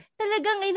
talagang